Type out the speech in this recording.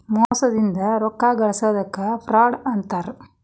ಮೋಸದಿಂದ ರೊಕ್ಕಾ ಗಳ್ಸೊದಕ್ಕ ಫ್ರಾಡ್ ಅಂತಾರ